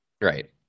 Right